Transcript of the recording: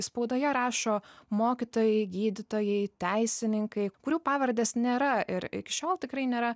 spaudoje rašo mokytojai gydytojai teisininkai kurių pavardės nėra ir iki šiol tikrai nėra